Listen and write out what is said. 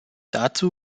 dazu